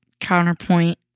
counterpoint